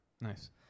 Nice